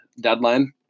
deadline